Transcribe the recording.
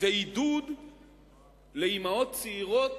ועידוד לאמהות צעירות